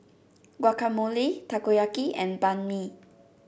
Guacamole Takoyaki and Banh Mi